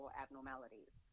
abnormalities